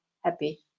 happy